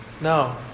No